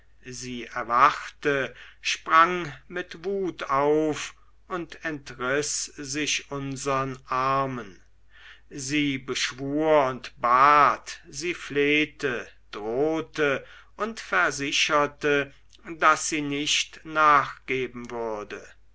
sie erwachte sprang mit wut auf und entriß sich unsern armen sie beschwur und bat sie flehte drohte und versicherte daß sie nicht nachgeben würde